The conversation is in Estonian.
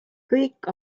kõik